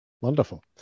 Wonderful